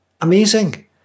Amazing